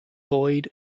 boyd